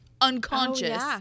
unconscious